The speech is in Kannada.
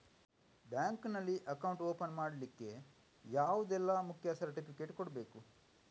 ಬ್ಯಾಂಕ್ ನಲ್ಲಿ ಅಕೌಂಟ್ ಓಪನ್ ಮಾಡ್ಲಿಕ್ಕೆ ಯಾವುದೆಲ್ಲ ಮುಖ್ಯ ಸರ್ಟಿಫಿಕೇಟ್ ಕೊಡ್ಬೇಕು?